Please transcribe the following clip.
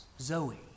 Zoe